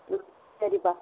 ம் சரிப்பா